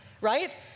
right